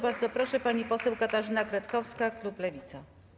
Bardzo proszę, pani poseł Katarzyna Kretkowska, klub Lewica.